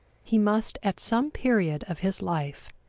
he must, at some period of his life,